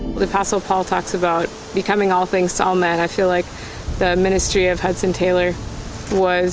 the apostle paul talks about becoming all things to all men i feel like the ministry of hudson taylor was